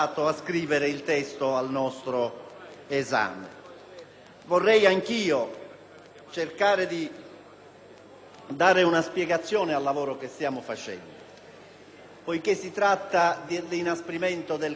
vorrei cercare di dare una spiegazione del lavoro che si sta facendo, poiché si tratta di un inasprimento del carcere duro per i reati di mafia e terrorismo.